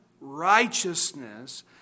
righteousness